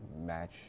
match